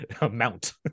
amount